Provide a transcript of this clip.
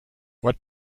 what